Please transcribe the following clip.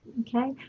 Okay